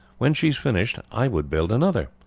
when she is finished i would build another.